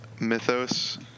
mythos